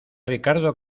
ricardo